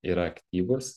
yra aktyvūs